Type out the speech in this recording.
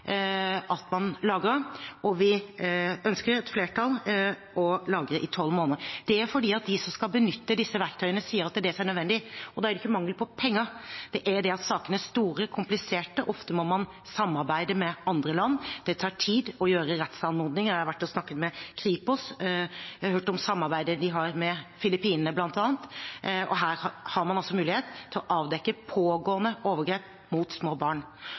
at man lagrer, og et flertall ønsker å lagre i tolv måneder. Det er fordi de som skal benytte disse verktøyene, sier at det er nødvendig. Det gjelder ikke mangel på penger; det er det at sakene er store og kompliserte, og ofte må man samarbeide med andre land. Rettsanmodninger tar tid. Jeg har vært og snakket med Kripos og hørt om samarbeidet de har med bl.a. Filippinene, og her har man altså mulighet til å avdekke pågående overgrep mot små barn.